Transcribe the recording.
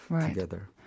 together